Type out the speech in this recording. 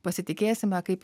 pasitikėsime kaip